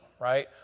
right